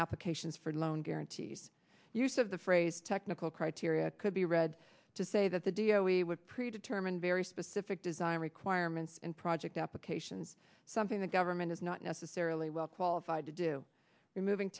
applications for loan guarantees use of the phrase technical criteria could be read to say that the d o a with pre determined very specific design requirements in project applications something the government is not necessarily well qualified to do removing